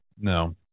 No